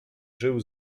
żył